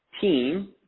team